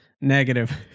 Negative